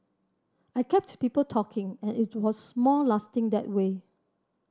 I kept people talking and it was more lasting that way